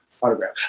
autograph